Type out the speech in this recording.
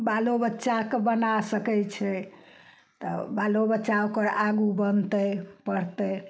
बालो बच्चाके बना सकय छै तऽ बालो बच्चा ओकर आगू बनतय पढ़तय